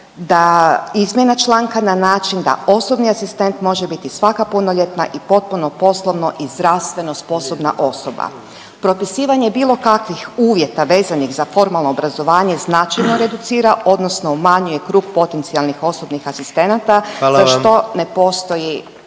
da izmjena članka na način da osobni asistent može biti svaka punoljetna i potpuno poslovno i zdravstveno sposobna osoba. Propisivanje bilo kakvih uvjeta vezanih za formalno obrazovanje značajno reducira odnosno umanjuje krug potencijalnih osobnih asistenata …/Upadica: